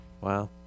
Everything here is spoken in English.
Wow